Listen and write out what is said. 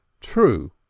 True